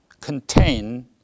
contain